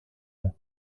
μου